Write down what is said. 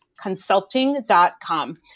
consulting.com